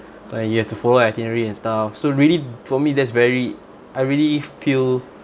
like you have to follow itinerary and stuff so really for me that's very I really feel